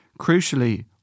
Crucially